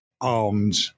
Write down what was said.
armed